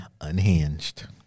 Unhinged